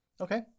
Okay